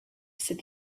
said